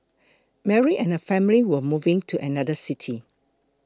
Mary and family were moving to another city